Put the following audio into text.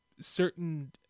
certain